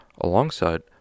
Alongside